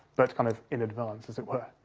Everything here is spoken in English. but kind of in advance, as it were.